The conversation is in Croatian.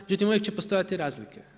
Međutim, uvijek će postojati razlike.